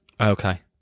okay